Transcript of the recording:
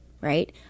right